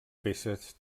peces